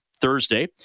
Thursday